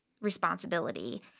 responsibility